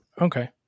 Okay